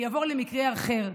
אני אעבור למקרה אחר,